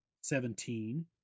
Seventeen